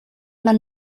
man